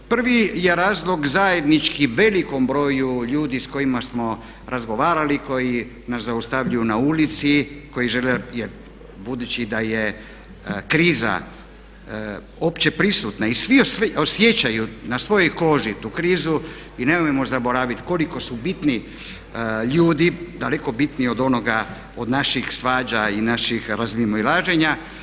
Prvi je razlog zajednički velikom broju ljudi s kojima smo razgovarali, koji nas zaustavljaju na ulici, koji žele, jer budući da je kriza opće prisutna i svi je osjećaju na svojoj koži tu krizu i nemojmo zaboraviti koliko su bitni ljudi, daleko bitniji od naših svađa i naših razmimoilaženja.